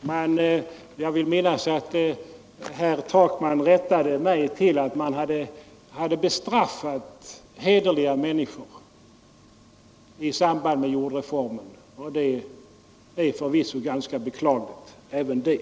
vill jag minnas att herr Takman rättade mig till att man hade bestraffat hederliga människor i samband med jordreformen. Det är förvisso ganska beklagligt även det.